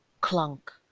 Clunk